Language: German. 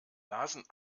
lasen